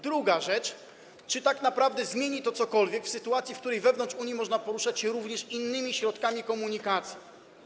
Druga rzecz: Czy tak naprawdę zmieni to cokolwiek w sytuacji, w której wewnątrz Unii można poruszać się również innymi środkami komunikacji?